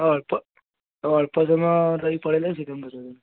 ଆଉ ଅଳ୍ପ ଆଉ ଅଳ୍ପ ସମୟ ରହି ପଳେଇଲେ ସେଥିପାଇଁ ମୁଁ ପଚାରୁଥିଲି